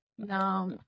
no